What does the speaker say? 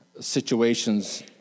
situations